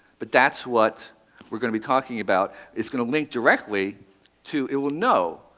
but that's what we're going to be talking about. it's going to link directly to it will know,